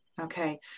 Okay